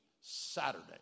Saturday